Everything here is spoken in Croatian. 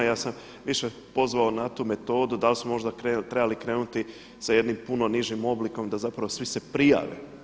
Ja sam više pozvao na tu metodu da li smo možda trebali krenuti sa jednim puno nižim oblikom da zapravo svi se prijave.